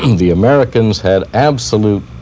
the americans had absolute